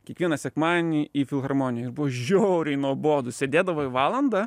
kiekvieną sekmadienį į filharmoniją ir buvo žiauriai nuobodu sėdėdavai valandą